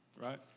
right